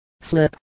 Slip